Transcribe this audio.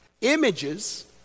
images